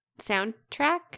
soundtrack